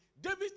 david